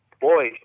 boy